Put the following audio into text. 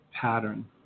pattern